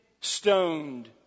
stoned